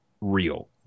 real